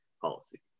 policy